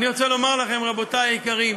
אני רוצה לומר לכם, רבותי היקרים,